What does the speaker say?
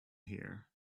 here